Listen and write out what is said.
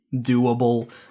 doable